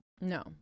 No